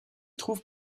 trouve